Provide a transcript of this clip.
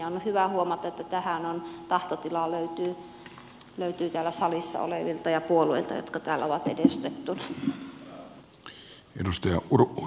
on hyvä huomata että tähän löytyy tahtotila täällä salissa olevilta ja puolueilta jotka täällä ovat edustettuina